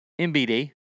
MBD